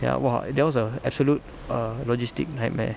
ya !wah! that was a absolute err logistic nightmare